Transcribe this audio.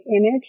image